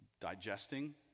digesting